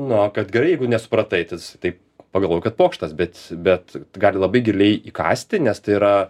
nu va kad gerai jeigu nesupratai tais taip pagalvojau kad pokštas bet bet gali labai giliai įkąsti nes tai yra